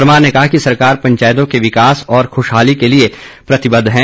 परमार ने कहा कि सरकार पंचायतों के विकास और खुशहाली के लिये प्रतिबद्ध है